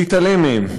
להתעלם מהן.